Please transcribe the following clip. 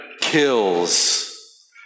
kills